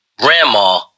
grandma